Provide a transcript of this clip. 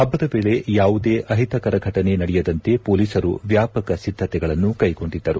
ಹಬ್ಬದ ವೇಳೆ ಯಾವುದೇ ಅಹಿತಕರ ಫಟನೆ ನಡೆಯದಂತೆ ಪೊಲೀಸರು ವ್ಯಾಪಕ ಸಿದ್ದತೆಗಳನ್ನು ಕೈಗೊಂಡಿದ್ದರು